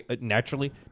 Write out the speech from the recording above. naturally